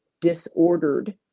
disordered